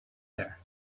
there